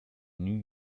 new